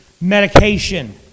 medication